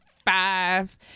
five